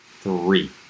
Three